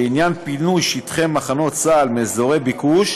בעניין פינוי שטחי מחנות צה"ל מאזורי ביקוש